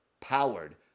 powered